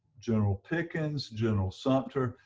general pickens, general sumter,